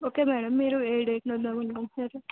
okay madam మీరు ఏ డేట్ల్లో వస్తారు